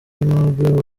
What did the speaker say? aimable